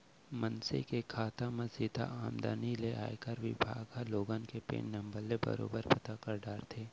मनसे के खाता म सीधा आमदनी ले आयकर बिभाग ह लोगन के पेन नंबर ले बरोबर पता कर डारथे